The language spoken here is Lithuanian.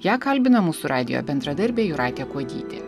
ją kalbina mūsų radijo bendradarbė jūratė kuodytė